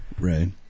Right